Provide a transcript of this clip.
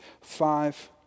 Five